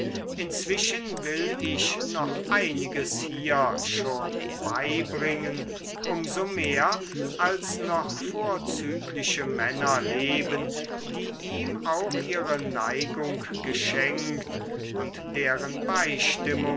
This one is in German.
inzwischen will ich noch einiges hier schon beibringen um so mehr als noch vorzügliche männer leben die ihm auch ihre neigung geschenkt und deren